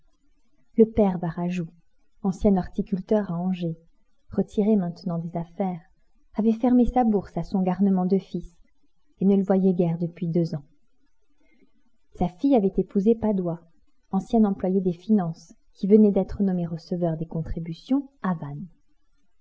le père varajou ancien horticulteur à angers retiré maintenant des affaires avait fermé sa bourse à son garnement de fils et ne le voyait guère depuis deux ans sa fille avait épousé padoie ancien employé des finances qui venait d'être nommé receveur des contributions à vannes